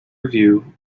review